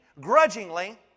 grudgingly